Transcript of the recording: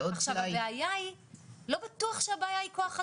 ולא בטוח שהבעיה היא כוח אדם.